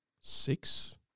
six